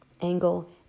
angle